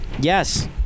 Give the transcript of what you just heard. Yes